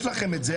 יש לכם את זה,